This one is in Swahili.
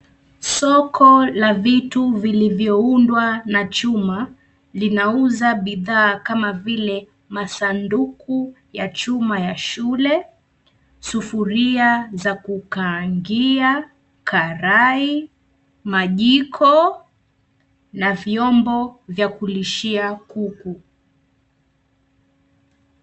Soko la vitu vilivyoundwa na chuma, linauza bidhaa kama vile masanduku ya chuma ya shule, sufuria za kukaangia, karai, majiko na vyombo vya kulishia kuku.